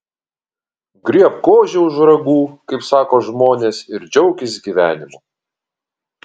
griebk ožį už ragų kaip sako žmonės ir džiaukis gyvenimu